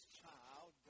child